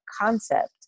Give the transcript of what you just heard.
concept